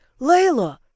Layla